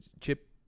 Chip